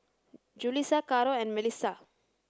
Julissa Caro and Milissa